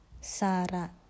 Sara